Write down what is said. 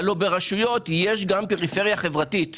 הלא ברשויות יש גם פריפריה חברתית.